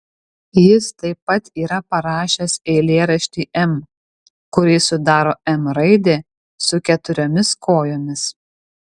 jis taip pat yra parašęs eilėraštį m kurį sudaro m raidė su keturiomis kojomis